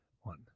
one